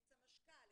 את סמשכ"ל,